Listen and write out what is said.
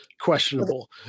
questionable